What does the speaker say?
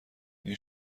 این